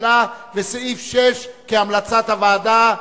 שנתקבלה ועל סעיף 6 כהמלצת הוועדה.